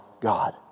God